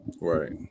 Right